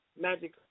Magic